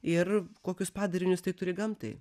ir kokius padarinius tai turi gamtai